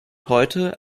heute